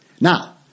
Now